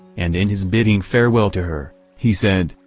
and in his bidding farewell to her, he said,